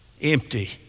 Empty